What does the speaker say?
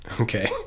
Okay